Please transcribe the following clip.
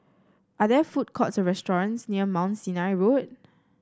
are there food courts or restaurants near Mount Sinai Road